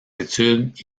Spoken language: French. études